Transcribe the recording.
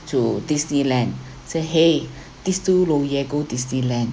to disneyland say !hey! these two lou ye go disneyland